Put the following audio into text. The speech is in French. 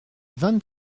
vingt